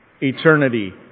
eternity